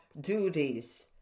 duties